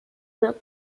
wird